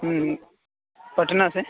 ہوں پٹنہ سے